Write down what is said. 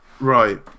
Right